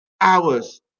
hours